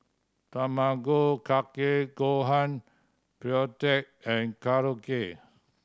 Tamago Kake Gohan Pretzel and Korokke